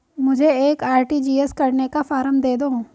मुझे एक आर.टी.जी.एस करने का फारम दे दो?